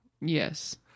Yes